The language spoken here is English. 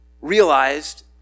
realized